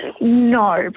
No